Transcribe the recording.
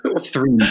Three